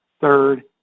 third